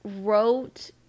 wrote